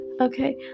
okay